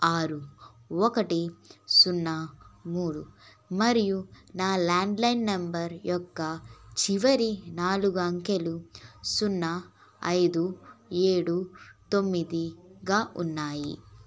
ఆరు ఒకటి సున్నా మూడు మరియు నా ల్యాండ్లైన్ నెంబర్ యొక్క చివరి నాలుగు అంకెలు సున్నా ఐదు ఏడు తొమ్మిది గా ఉన్నాయి